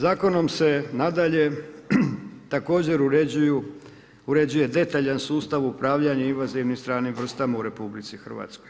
Zakonom se nadalje, također uređuje detaljan sustav upravljanja invazivnim stranim vrstama u RH.